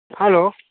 hello